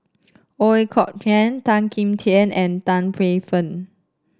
Ooi Kok Chuen Tan Kim Tian and Tan Paey Fern